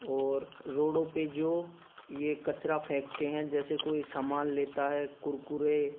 और रोडों पर जो ये कचरा फेंकते हैं जैसे कोई सामान लेता है कुरकुरे